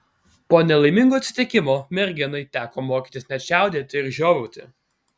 po nelaimingo atsitikimo merginai teko mokytis net čiaudėti ir žiovauti